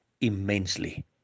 immensely